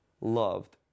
loved